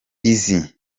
izi